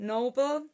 Noble